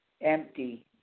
empty